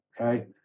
okay